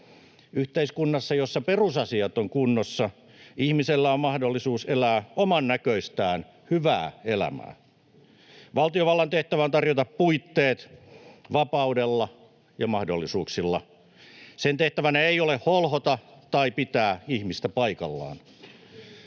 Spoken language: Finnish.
Yhteiskunnassa, jossa perusasiat ovat kunnossa, ihmisellä on mahdollisuus elää omannäköistään hyvää elämää. Valtiovallan tehtävä on tarjota puitteet vapaudella ja mahdollisuuksilla. Sen tehtävänä ei ole holhota tai pitää ihmistä paikallaan.